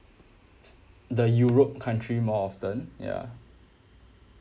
the europe country more often ya